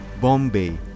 Bombay